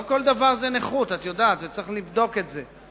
לא כל דבר זה נכות, את יודעת, וצריך לבדוק את זה.